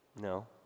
No